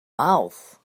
mouth